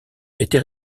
était